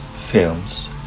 Films